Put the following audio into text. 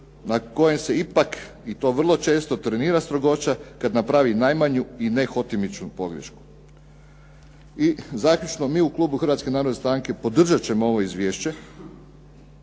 na kojem se ipak i to vrlo često trenira strogoća kad napravi najmanju i nehotimičnu pogrešku. I zaključno, mi u klubu Hrvatske narodne stranke podržat ćemo ovo izvješće